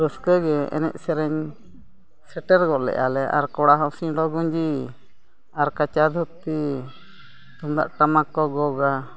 ᱨᱟᱹᱥᱠᱟᱹ ᱜᱮ ᱮᱱᱮᱡ ᱥᱮᱨᱮᱧ ᱥᱮᱴᱮᱨ ᱜᱚᱫ ᱞᱮᱜᱼᱟ ᱞᱮ ᱟᱨ ᱠᱚᱲᱟ ᱦᱚᱸ ᱥᱮᱱᱰᱳ ᱜᱮᱧᱡᱤ ᱟᱨ ᱠᱟᱸᱪᱟ ᱫᱷᱩᱛᱤ ᱛᱩᱢᱫᱟᱜ ᱴᱟᱢᱟᱠ ᱠᱚ ᱜᱚᱜᱼᱟ